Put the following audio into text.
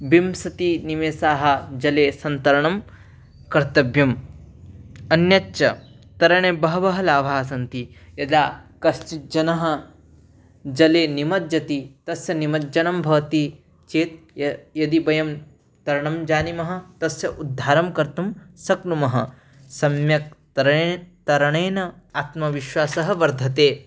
विंशतिः निमेषाः जले सन्तरणं कर्तव्यम् अन्यच्च तरणे बहवःलाभाःसन्ति यदा कश्चिद् जनः जले निमज्जति तस्य निमज्जनं भवति चेत् य यदि वयं तरणं जानीमः तस्य उद्धारं कर्तुं शक्नुमः सम्यक् तरणेन तरणेन आत्मविश्वासः वर्धते